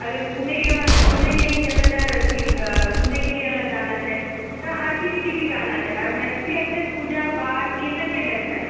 अगर घुमयके या घुमय कतहु जा रहल छी तऽ घुमयके लिये अलग गाना छै तऽ हर चीजके लिए गाना छै आओर मैथिली अक्सर पूजा पाठ ईसभके दर्शायत छै